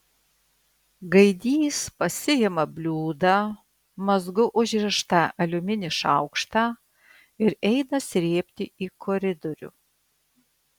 gaidys pasiima bliūdą mazgu užrištą aliumininį šaukštą ir eina srėbti į koridorių